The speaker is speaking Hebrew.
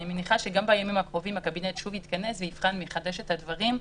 ואני מניחה שגם בימים הקרובים הקבינט יתכנס ויבחן מחדש את הדברים.